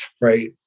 right